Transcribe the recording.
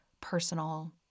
personal